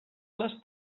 les